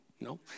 No